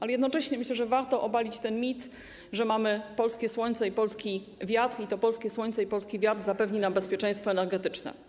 Ale jednocześnie myślę, że warto obalić ten mit, że mamy polskie słońce i polski wiatr i że to polskie słońce i ten polski wiatr zapewnią nam bezpieczeństwo energetyczne.